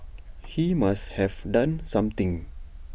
he must have done something